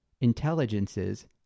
intelligences